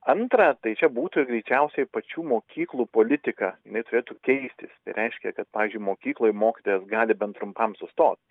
antra tai čia būtų greičiausiai pačių mokyklų politika jinai turėtų keistis tai reiškia kad pavyzdžiui mokykloj mokytojas gali bent trumpam sustot